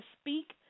speak